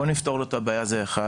בואו נפתור לו את הבעיה, זה אחד.